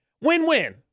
Win-win